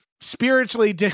spiritually